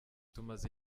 tumaze